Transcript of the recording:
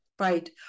Right